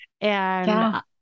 And-